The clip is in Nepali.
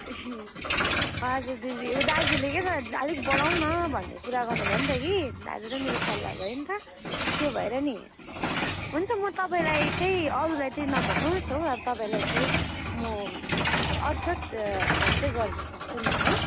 ए हजुर दिदी ऊ दाजुले के अलिक बढाऊ न भन्ने कुरा गर्नुभयो नि त कि दाजु र मेरो सल्लाह भयो नि त त्यो भएर नि हुन्छ म तपाईँलाई चाहिँ अरूलाई चाहिँ नभन्नुहोस् हो तपाईँलाई चाहिँ म अड्सट्ठीहरू चाहिँ गरिदिन सक्छु नि है